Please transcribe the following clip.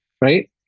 right